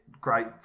great